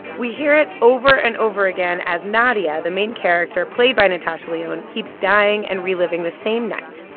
we hear it over and over again as nadia, the main character, played by natasha leone, keeps dying and reliving the same night,